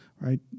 right